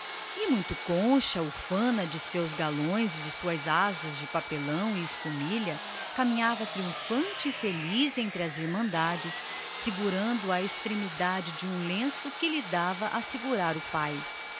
e muito concha ufana dos seus galões de prata e ouro e das suas trêmulas asas de papelão e escumillha caminhava triunfante e feliz no meio do cordão das irmandades religiosas segurando a extremidade de um lenço do qual o pai